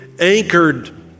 anchored